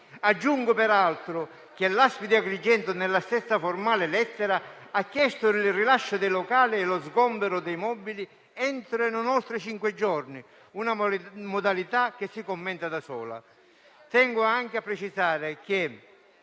Aggiungo peraltro che l'ASP di Agrigento, nella stessa formale lettera, ha chiesto il rilascio dei locali e lo sgombero dei mobili entro e non oltre cinque giorni: una modalità che si commenta da sola. Tengo anche a precisare che,